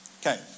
Okay